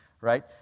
Right